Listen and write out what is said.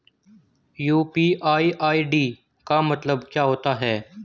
UPI ID का मतलब क्या होता है?